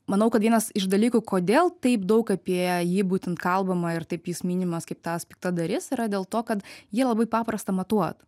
manau kad vienas iš dalykų kodėl taip daug apie jį būtent kalbama ir taip jis minimas kaip tas piktadarys yra dėl to kad jį labai paprasta matuot